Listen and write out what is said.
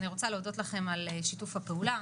אני רוצה להודות לכם על שיתוף הפעולה.